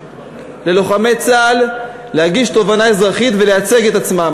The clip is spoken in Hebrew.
ללוחמי צה"ל להגיש תובענה אזרחית ולייצג את עצמם.